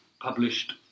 published